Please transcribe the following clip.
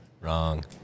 Wrong